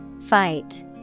Fight